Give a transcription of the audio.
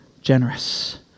generous